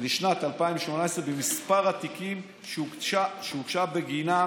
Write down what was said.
לשנת 2018 במספר התיקים שהוגשה בגינם